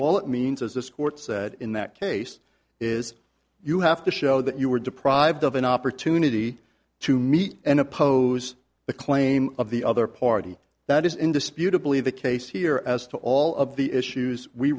all it means as this court said in that case is you have to show that you were deprived of an opportunity to meet and oppose the claim of the other party that is indisputable of the case here as to all of the issues we